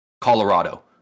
Colorado